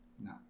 No